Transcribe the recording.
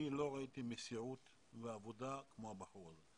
אני לא ראיתי מסירות ועבודה כמו של הבחור הזה.